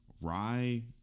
rye